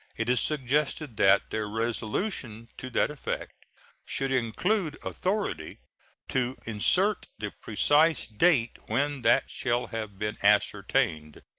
it is suggested that their resolution to that effect should include authority to insert the precise date when that shall have been ascertained.